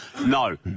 no